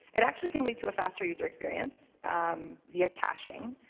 it actually can lead to a faster user experience via caching.